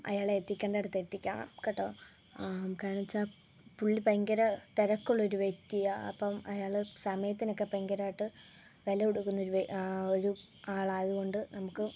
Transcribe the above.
അയാളെ എത്തിക്കേണ്ട ഇടത്ത് എത്തിക്കണം കേട്ടോ കാരണം എന്ന് വെച്ചാൽ പുള്ളി ഭയങ്കര തിരക്കുള്ള ഒരു വ്യക്തിയാണ് അപ്പം അയാള് സമയത്തിനൊക്കെ ഭയങ്കരമായിട്ട് വില കൊടുക്കുന്നൊരു ഒരു ആളായതുകൊണ്ട് നമുക്ക്